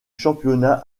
championnat